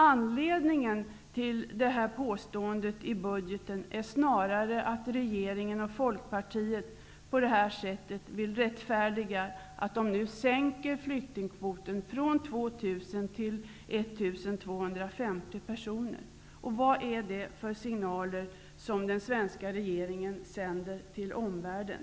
Anledningen till det här påståendet i budgeten är snarare att regeringen och Folkpartiet på det här sättet vill rättfärdiga att de sänker flykting kvoten från 2 000 till 1 250 personer. Vad är det för signaler som den svenska regeringen sänder till omvärlden?